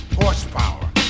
horsepower